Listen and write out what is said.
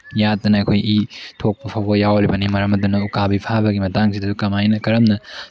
ꯌꯥꯠꯇꯅ ꯑꯩꯈꯣꯏ ꯏ ꯊꯣꯛꯄ ꯐꯥꯎꯕ ꯌꯥꯎꯔꯤꯃꯕꯤ ꯃꯔꯝ ꯑꯗꯨꯅ ꯎꯀꯥꯕꯤ ꯐꯥꯕꯒꯤ ꯃꯇꯥꯡꯁꯤꯗꯁꯨ ꯀꯃꯥꯏꯅ ꯃꯔꯝꯅ